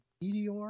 meteor